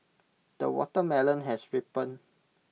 the watermelon has ripened